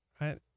Right